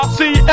see